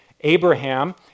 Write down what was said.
Abraham